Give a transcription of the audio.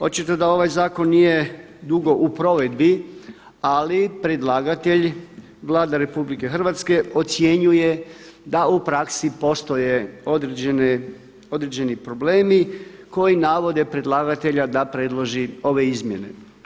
Očito da ovaj zakon nije dugo u provedbi ali predlagatelj, Vlada RH ocjenjuje da u praksi postoje određeni problemi koji navode predlagatelja da predloži ove izmjene.